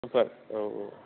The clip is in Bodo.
संफोर औ औ